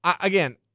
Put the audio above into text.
again